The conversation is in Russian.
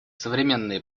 современные